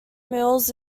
mills